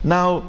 Now